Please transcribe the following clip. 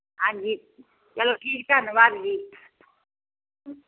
ਹਾਂਜੀ ਚਲੋ ਠੀਕ ਧੰਨਵਾਦ ਜੀ